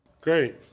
Great